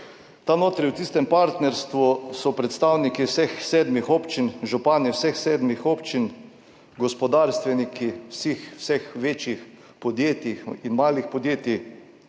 Tam notri v tistem partnerstvu so predstavniki vseh sedmih občin, župani vseh sedmih občin, gospodarstveniki vseh večjih podjetij in malih podjetij,